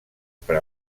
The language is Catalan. per